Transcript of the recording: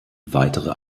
weitere